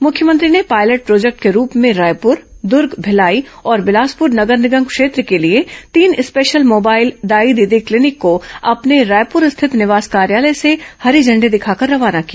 मुख्यमंत्री ने pilot project के रूप में रायपुर दर्ग भिलाई और बिलासपुर नगर निगम क्षेत्र के लिए तीन special mobile Dai Didi clinic को अपने रायपुर स्थित निवास कार्यालय से हरी झंडी दिखाकर रवाना किया